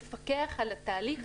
לפקח על התהליך,